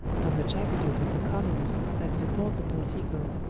on the chapiters of the columns that support the portico,